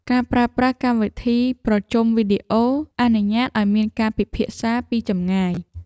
ការប្រើប្រាស់កម្មវិធីប្រជុំវីដេអូ អនុញ្ញាតឱ្យមានការពិភាក្សាពីចម្ងាយ។